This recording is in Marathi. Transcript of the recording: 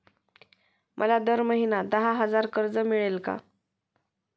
मला दर महिना दहा हजार कर्ज मिळेल का?